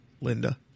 Linda